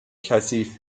کثیف